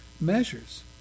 measures